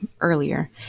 earlier